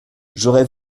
j’aurais